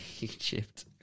Egypt